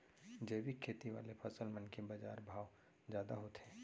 जैविक खेती वाले फसल मन के बाजार भाव जादा होथे